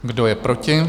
Kdo je proti?